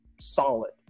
solid